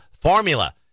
formula